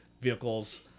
vehicles